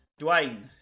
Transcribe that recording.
Dwayne